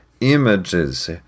images